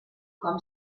com